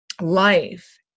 life